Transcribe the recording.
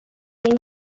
being